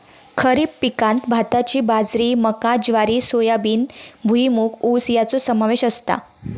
खरीप पिकांत भाताची बाजरी मका ज्वारी सोयाबीन भुईमूग ऊस याचो समावेश असता